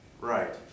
Right